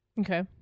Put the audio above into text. Okay